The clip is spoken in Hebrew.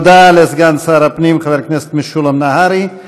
תודה לסגן שר הפנים חבר הכנסת משולם נהרי.